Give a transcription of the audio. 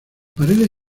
paredes